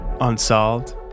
unsolved